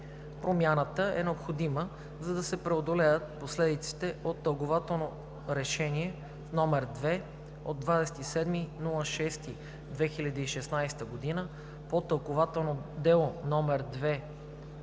Промяната е необходима, за да се преодолеят последиците от Тълкувателно решение № 2 от 27 юли 2016 г. по Тълкувателно дело №